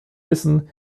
wissen